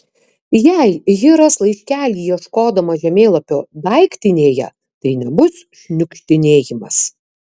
jei ji ras laiškelį ieškodama žemėlapio daiktinėje tai nebus šniukštinėjimas